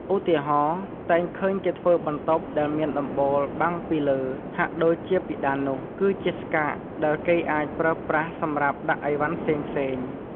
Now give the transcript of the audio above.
ឧទាហរណ៍ តែងឃើញគេធ្វើបន្ទប់ដែលមានដំបូលបាំងពីលើហាក់ដូចជាពិដាននោះ គឺជាស្កាកដែលគេអាចប្រើប្រាស់សម្រាប់ដាក់ឥវ៉ាន់ផ្សេងៗ ។